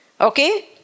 Okay